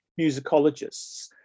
musicologists